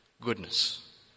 goodness